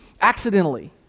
accidentally